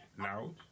loud